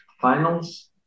finals